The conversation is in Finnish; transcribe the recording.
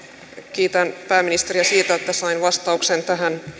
kiitän pääministeriä siitä että sain vastauksen tähän